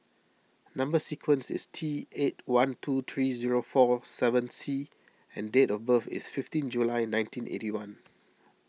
Number Sequence is T eight one two three zero four seven C and date of birth is fifteen July nineteen eighty one